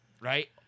right